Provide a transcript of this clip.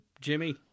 Jimmy